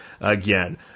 again